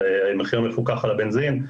של המחיר המפוקח על הבנזין,